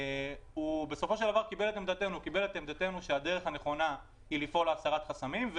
הוא בסופו של דבר קיבל את עמדתנו שהדרך הנכונה היא לפעול להסרת חסמים,